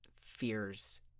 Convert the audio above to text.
fears